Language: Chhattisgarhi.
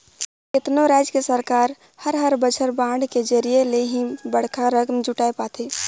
केतनो राज के सरकार हर हर बछर बांड के जरिया ले ही बड़खा रकम जुटाय पाथे